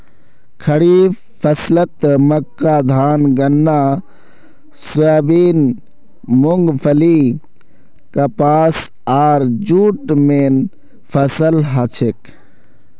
खड़ीफ फसलत मक्का धान गन्ना सोयाबीन मूंगफली कपास आर जूट मेन फसल हछेक